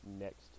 next